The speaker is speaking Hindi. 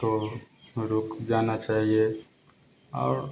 तो रुक जाना चाहिए और